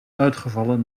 uitgevallen